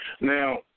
Now